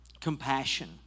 compassion